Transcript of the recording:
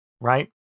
right